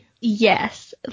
yes